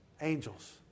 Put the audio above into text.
Angels